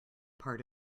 part